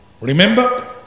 remember